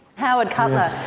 howard cutler.